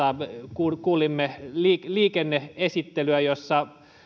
kuulimme liikenne esittelyä